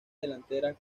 delanteras